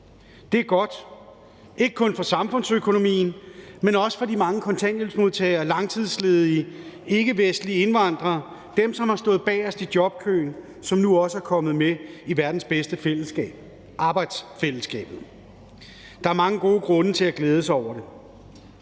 Det er godt, ikke kun for samfundsøkonomien, men også for de mange kontanthjælpsmodtagere, langtidsledige, ikkevestlige indvandrere, dem, som har stået bagerst i jobkøen, og som nu også er kommet med i verdens bedste fællesskab: arbejdsfællesskabet. Der er mange gode grunde til at glæde sig over det.